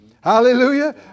Hallelujah